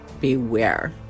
beware